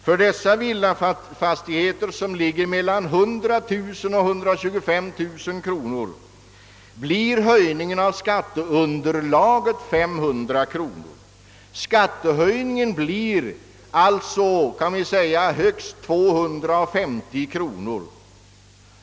För sådana fastigheter, vilkas värde ligger mellan 100 000 kronor och 125 000 kronor, blir höjningen av skatteunderlaget ungefär 500 kronor. Skattehöjningen blir alltså högst 250 kronor.